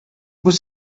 was